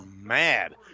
mad